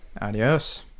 Adios